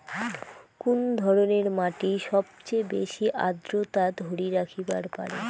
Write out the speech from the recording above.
কুন ধরনের মাটি সবচেয়ে বেশি আর্দ্রতা ধরি রাখিবার পারে?